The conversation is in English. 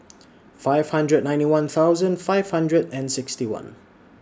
five hundred and ninety one thousand five hundred and sixty one